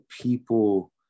people